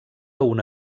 una